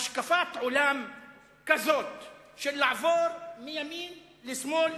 השקפת עולם כזאת של מעבר מימין לשמאל,